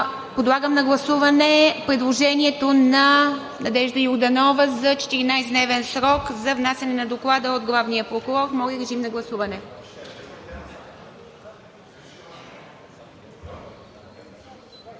Подлагам на гласуване предложението на Надежда Йорданова за 14-дневен срок за внасяне на Доклада от главния прокурор. Гласували